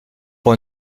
pour